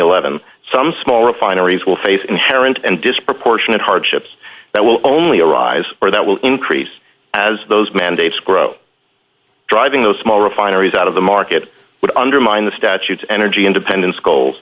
eleven some small refineries will face inherent and disproportionate hardships that will only arise or that will increase as those mandates grow driving those small refineries out of the market would undermine the statutes energy independence goals